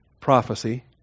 prophecy